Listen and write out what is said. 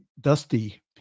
dusty